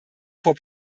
for